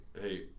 hey